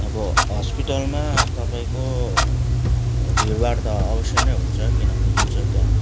अब हस्पिटलमा तपाईँको भिड भाड त अवश्य नै हुन्छ किनभने जुन चाहिँ त्यहाँ